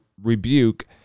rebuke